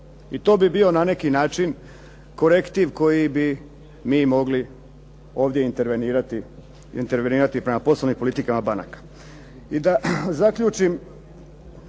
i to bi bio na neki način korektiv koji bi mogli ovdje intervenirati prema poslovnim politikama banaka. I da zaključim.